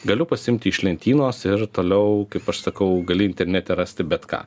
galiu pasiimti iš lentynos ir toliau kaip aš sakau gali internete rasti bet ką